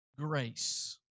grace